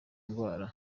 indwara